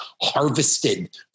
harvested